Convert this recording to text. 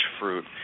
fruit